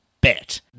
bet